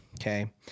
Okay